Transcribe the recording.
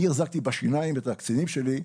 אני החזקתי בשיניים את הקצינים שלי,